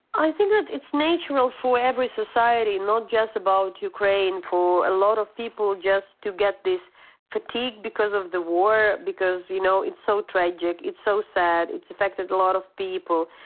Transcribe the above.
i think that it's natural for every society, not just about ukraine, for a lot of people just to get this fatigue because of the war, because, you know, it's so tragic, it's so sad, it's affected a lot of people.